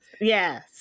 Yes